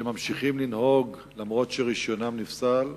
שממשיכים לנהוג למרות שרשיונם נפסל,